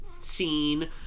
scene